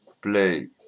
play